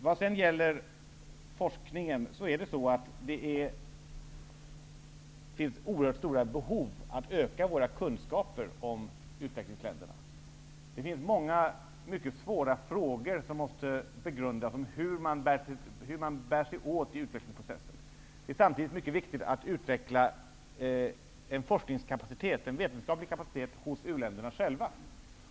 Vad sedan gäller forskningen finns det oerhört stora behov att öka våra kunskaper om utvecklingsländerna. Det finns många mycket svåra frågor om hur man bär sig åt i utvecklingsprocessen som måste begrundas. Det är samtidigt mycket viktigt att utveckla en forskningskapacitet och en vetenskaplig kapacitet hos u-länderna själva.